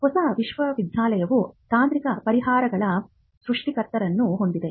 ಹೊಸ ವಿಶ್ವವಿದ್ಯಾಲಯವು ತಾಂತ್ರಿಕ ಪರಿಹಾರಗಳ ಸೃಷ್ಟಿಕರ್ತರನ್ನು ಹೊಂದಿದೆ